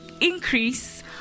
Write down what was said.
increase